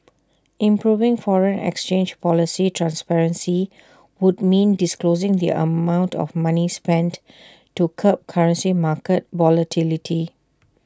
improving foreign exchange policy transparency would mean disclosing the amount of money spent to curb currency market volatility